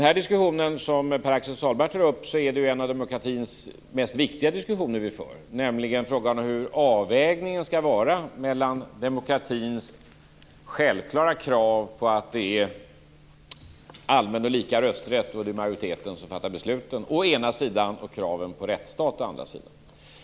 Pär-Axel Sahlberg tog upp en av demokratins viktigaste diskussioner, nämligen frågan om hur avvägningen skall ske mellan demokratins självklara krav på å ena sidan allmän och lika rösträtt och på att det är majoriteten som fattar besluten och å andra sidan kraven på en rättsstat. Fru talman!